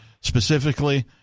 specifically